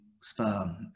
sperm